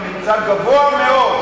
אני נמצא גבוה מאוד.